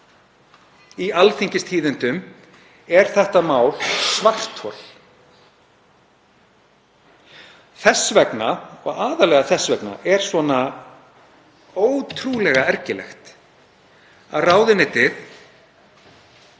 Í Alþingistíðindum er þetta mál svarthol. Þess vegna og aðallega þess vegna er svo ótrúlega ergilegt að ráðuneytið